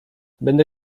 będę